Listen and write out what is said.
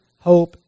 hope